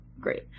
Great